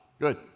Good